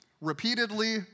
repeatedly